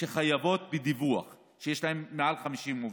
שחייבות בדיווח, שיש להן מעל 50 עובדים.